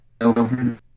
over